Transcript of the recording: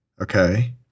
okay